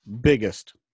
biggest